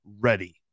ready